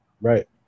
Right